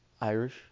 Irish